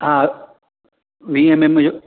हा वीह में मुंहिंजो